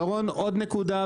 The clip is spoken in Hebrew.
דורון, עוד נקודה.